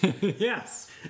Yes